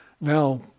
now